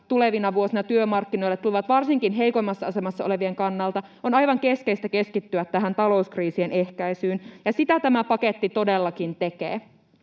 tulevina vuosina työmarkkinoille tulevat, varsinkin heikoimmassa asemassa olevien kannalta, on aivan keskeistä keskittyä tähän talouskriisien ehkäisyyn, ja sitä tämä paketti todellakin tekee.